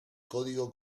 código